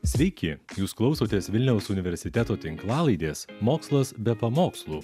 sveiki jūs klausotės vilniaus universiteto tinklalaidės mokslas be pamokslų